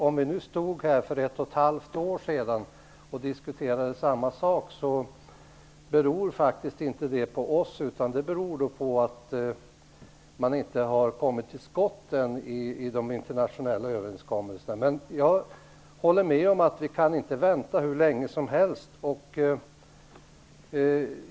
Om vi nu stod här för ett och ett halvt år sedan och diskuterade samma sak så beror det inte på oss utan på att man inte har kommit till skott än i de internationella överenskommelserna. Jag håller med om att vi inte kan vänta hur länge som helst.